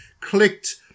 clicked